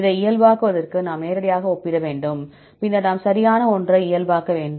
இதை இயல்பாக்குவதற்கு நாம் நேரடியாக ஒப்பிட வேண்டும் பின்னர் நாம் சரியான ஒன்றை இயல்பாக்க வேண்டும்